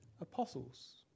apostles